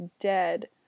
dead